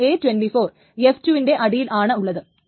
ഈ a24 f2 ൻറെ അടിയിൽ ആണ് ഉള്ളത്